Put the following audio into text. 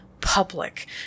public